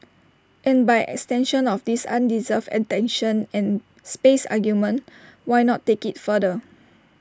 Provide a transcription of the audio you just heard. and by extension of this undeserved attention and space argument why not take IT further